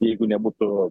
jeigu nebūtų